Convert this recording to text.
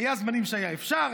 היו זמנים שהיה אפשר,